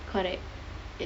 correct yes